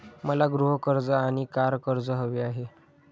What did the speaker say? मला गृह कर्ज आणि कार कर्ज हवे आहे